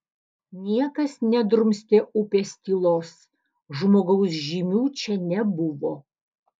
niekas nedrumstė upės tylos žmogaus žymių čia nebuvo